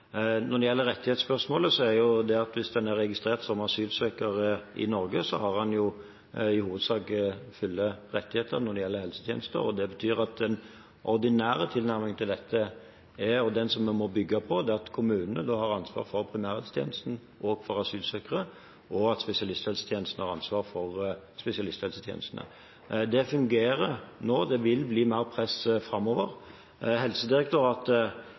rettighetsspørsmålet er det slik at hvis en er registrert som asylsøker i Norge, har en i hovedsak fulle rettigheter når det gjelder helsetjenester. Det betyr at den ordinære tilnærmingen til dette – og den som vi må bygge på – er at kommunene har ansvar for primærhelsetjenesten også når det gjelder asylsøkere, og at spesialisthelsetjenesten har ansvar for spesialisthelsetjenestene. Dette fungerer nå – det vil bli mer press framover. Helsedirektoratet